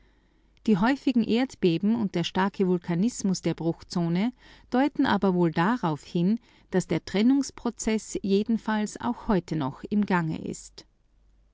die häufigen erdbeben und der starke vulkanismus der bruchzone deuten aber wohl darauf hin daß der trennungsprozeß jedenfalls auch heute noch im gange ist